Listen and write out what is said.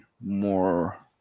more